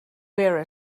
wear